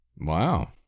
wow